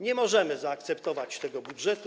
Nie możemy zaakceptować tego budżetu.